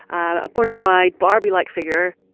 a bona fide barbie-like figure.